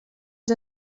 els